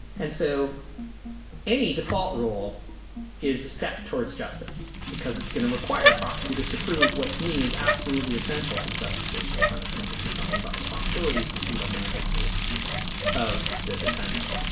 and so any default role is a step towards justice because it's going to require prosecutors to prove what to me is absolutely essential to the justification of punishment, which is something about responsibility, something about the mental state of the defendant.